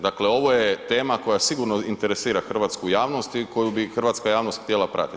Dakle, ovo je tema koja sigurno interesira hrvatsku javnost i koju bi hrvatska javnost htjela pratiti.